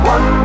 One